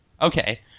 Okay